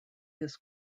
his